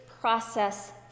process